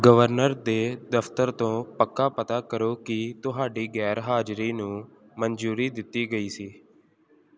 governor ਦੇ ਦਫ਼ਤਰ ਤੋਂ ਪੱਕਾ ਪਤਾ ਕਰੋ ਕਿ ਤੁਹਾਡੀ ਗੈਰ ਹਾਜ਼ਰੀ ਨੂੰ ਮਨਜ਼ੂਰੀ ਦਿੱਤੀ ਗਈ ਸੀ